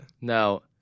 Now